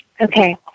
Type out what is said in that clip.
Okay